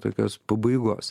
tokios pabaigos